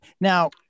Now